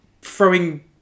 throwing